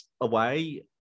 away